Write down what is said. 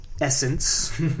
essence